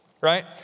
right